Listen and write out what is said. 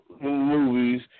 movies